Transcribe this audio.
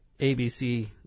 ABC